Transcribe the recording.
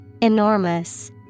Enormous